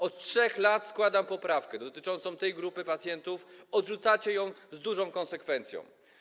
Od 3 lat składam poprawkę dotyczącą tej grupy pacjentów, odrzucacie ją z dużą konsekwencją.